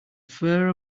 fur